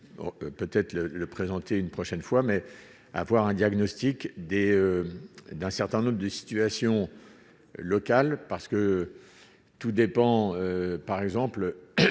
peut-être le le présenter une prochaine fois, mais à avoir un diagnostic des d'un certain nombre de situations locales parce que tout dépend par exemple